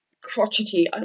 crotchety